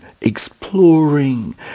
exploring